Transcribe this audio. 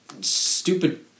stupid